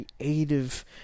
creative